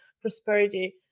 prosperity